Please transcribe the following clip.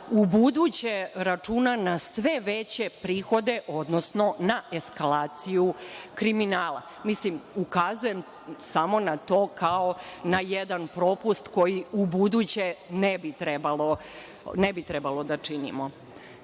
u buduće računa na sve veće prihode, odnosno na eskalaciju kriminala. Mislim, ukazujem samo na to kao na jedan propust koji u buduće ne bi trebalo da činimo. Što